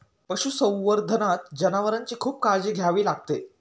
पशुसंवर्धनात जनावरांची खूप काळजी घ्यावी लागते